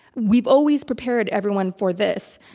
we've always prepared everyone for this.